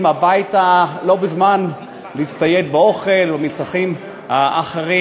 הביתה לא בזמן להצטייד באוכל ובמצרכים אחרים.